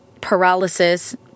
paralysis